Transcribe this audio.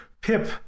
Pip